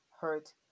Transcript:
hurt